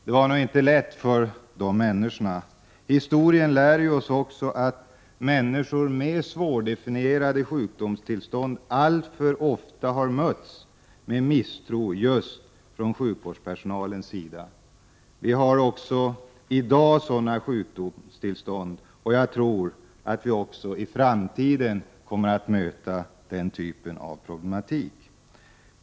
Det var nog inte lätt för de människorna. Historien lär oss också att människor med svårdefinierade sjukdomstillstånd alltför ofta har mötts med misstro just från sjukvårdspersonalen. Det finns också i dag sådana sjukdomstillstånd, och jag tror att vi även i fortsättningen kommer att möta den typen av problematik.